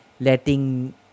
letting